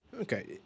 Okay